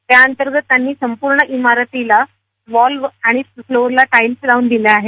त्या अंतर्गत त्यांनी संपूर्ण इमारतीला वॉल्व आणि फ्लोअरला टाईल्स लावून दिल्या आहेत